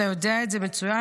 אתה יודע את זה מצוין,